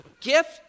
gift